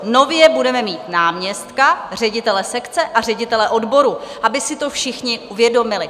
Nově budeme mít náměstka, ředitele sekce a ředitele odboru, aby si to všichni uvědomili.